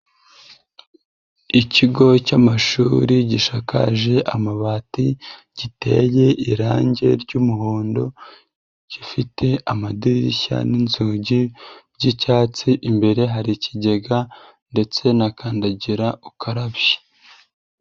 Ikigo cy'amashuri gishakaje amabati giteye irange ry'umuhondo gifite amadirishya n'inzugi by'icyatsi, imbere hari ikigega ndetse na kandagira ukarabe.